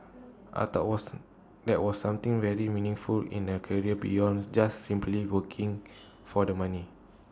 I thought was that was something very meaningful in A career beyond just simply working for the money